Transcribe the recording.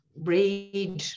read